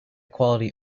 quality